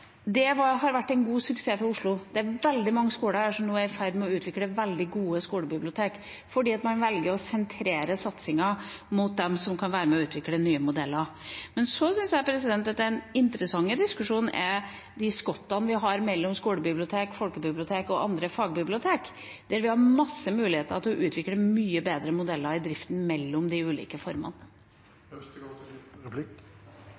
har vært en god suksess for Oslo. Det er veldig mange skoler her som nå er i ferd med å utvikle veldig gode skolebibliotek, fordi man velger å sentrere satsingen mot dem som kan være med på å utvikle nye modeller. Men så syns jeg at den interessante diskusjonen er de skottene vi har mellom skolebibliotek, folkebibliotek og andre fagbibliotek, der vi har mange muligheter til å utvikle mye bedre modeller i driften mellom de ulike formene.